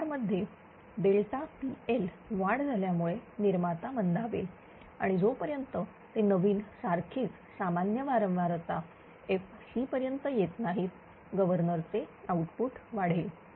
तर भार मध्ये PL वाढ झाल्यामुळे निर्माता मंदावेल आणि जोपर्यंत ते नवीन सारखीच सामान्य वारंवारता fc पर्यंत येत नाहीत गव्हर्नर चे आउटपुट वाढेल